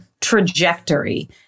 trajectory